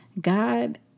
God